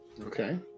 Okay